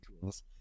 tools